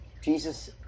Jesus